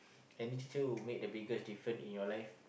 any teacher who make the biggest different in your life